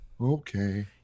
okay